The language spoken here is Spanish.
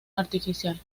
artificial